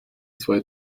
zwei